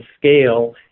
scale